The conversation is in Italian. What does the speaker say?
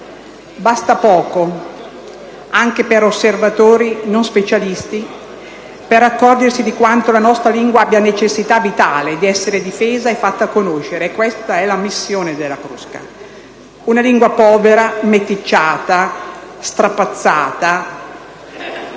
Basta poco, anche ad osservatori non specialisti, per accorgersi di quanto la nostra lingua abbia necessità vitale di essere difesa e fatta conoscere, e questa è la missione dell'Accademia. Una lingua povera, meticciata, strapazzata